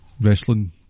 wrestling